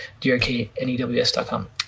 drknews.com